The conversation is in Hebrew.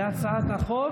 להצעת החוק